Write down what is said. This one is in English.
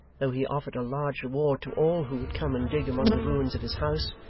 though he offered a large reward to all who would come and dig among the ruins of his house,